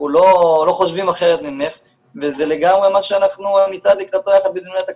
לא חושבים אחרת ממך וזה לגמרי מה שקורה בדיוני התקציב.